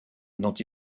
dont